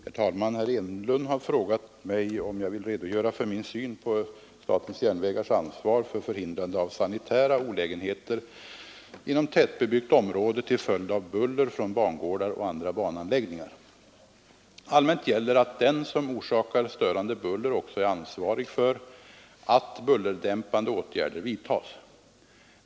Herr talman! Herr Enlund har frågat mig om jag vill redogöra för min syn på SJ:s ansvar för förhindrande av sanitära olägenheter inom tätbebyggt område till följd av buller från bangårdar och andra bananläggningar. Allmänt gäller att den som orsakar störande buller också är ansvarig för att bullerdämpande åtgärder vidtas.